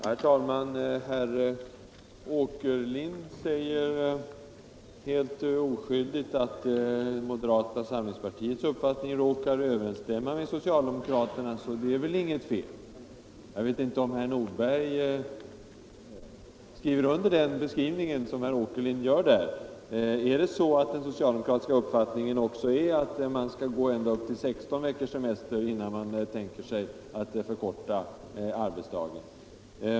Herr talman! Herr Åkerlind säger helt oskyldigt att moderata samlingspartiets uppfattning råkar överensstämma med socialdemokraternas och att det väl inte är något fel. Jag vet inte om herr Nordberg vill skriva under den beskrivningen av herr Åkerlind. Är den socialdemokratiska uppfattningen att man skall gå ända upp till 16 veckors semester innan man vill förkorta arbetsdagen?